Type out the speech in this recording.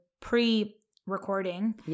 pre-recording